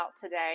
today